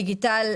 דיגיטל,